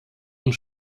und